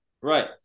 Right